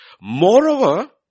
Moreover